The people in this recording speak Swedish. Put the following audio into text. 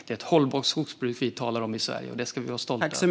Det är ett hållbart skogsbruk vi talar om i Sverige, och det ska vi vara stolta över.